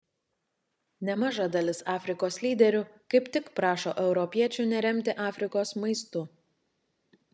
nemaža dalis afrikos lyderių kaip tik prašo europiečių neremti afrikos maistu